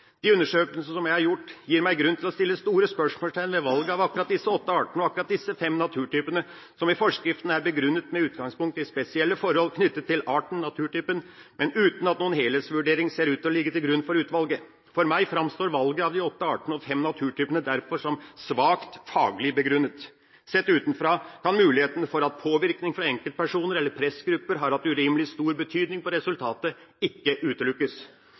De undersøkelsene jeg har gjort, gir meg grunn til å stille store spørsmål ved valget av akkurat disse åtte artene og fem naturtypene, som i forskriften er begrunnet med utgangspunkt i spesielle forhold knyttet til arten eller naturtypen, men uten at noen helhetsvurdering ser ut til å ligge til grunn for utvalget. For meg framstår valget av de åtte artene og fem naturtypene derfor som svakt faglig begrunnet. Sett utenfra kan muligheten for at påvirkning fra enkeltpersoner eller pressgrupper har hatt urimelig stor betydning for resultatet, ikke utelukkes.